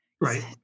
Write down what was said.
Right